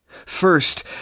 First